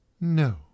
No